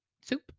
Soup